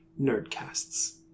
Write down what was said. nerdcasts